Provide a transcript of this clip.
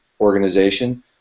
organization